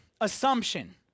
assumption